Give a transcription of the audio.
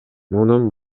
мунун